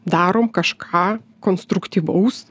darom kažką konstruktyvaus